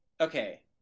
Okay